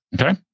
Okay